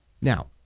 Now